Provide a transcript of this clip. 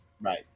right